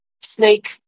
snake